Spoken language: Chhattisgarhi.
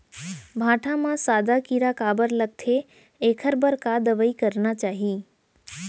भांटा म सादा कीरा काबर लगथे एखर बर का दवई करना चाही?